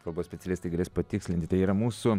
kalbos specialistai galės patikslinti tai yra mūsų